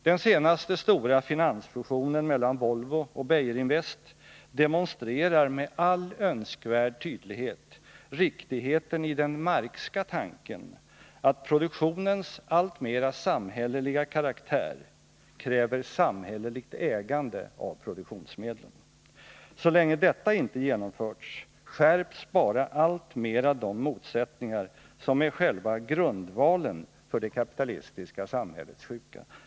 Den senaste stora finansfusionen mellan Volvo och Beijer-Invest demonstrerar med all önskvärd tydlighet riktigheten i den Marxska tanken att produktionens alltmera samhälleliga karaktär kräver samhälleligt ägande av produktionsmedlen. Så länge detta inte genomförts skärps bara alltmera de motsättningar som är själva grundvalen för det kapitalistiska samhällets sjuka.